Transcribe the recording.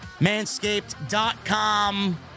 Manscaped.com